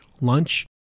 Lunch